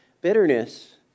bitterness